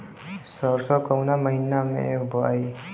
सरसो काउना महीना मे बोआई?